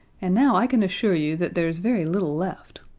and now i can assure you that there's very little left.